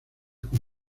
con